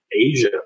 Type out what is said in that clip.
Asia